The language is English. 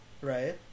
right